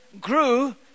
grew